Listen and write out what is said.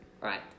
Right